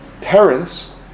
parents